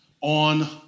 on